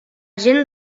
gent